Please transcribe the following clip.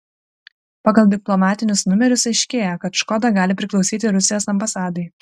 pagal diplomatinius numerius aiškėja kad škoda gali priklausyti rusijos ambasadai